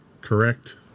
correct